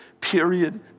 period